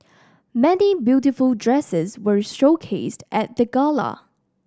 many beautiful dresses were showcased at the gala